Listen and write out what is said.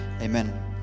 Amen